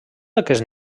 aquest